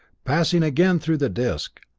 passing again through the disc,